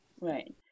Right